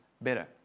better